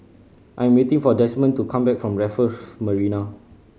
I am waiting for Demond to come back from Raffles Marina